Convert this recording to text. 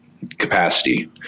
capacity